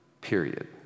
period